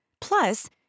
Plus